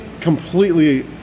completely